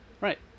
Right